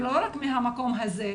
ולא רק מהמקום הזה,